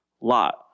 Lot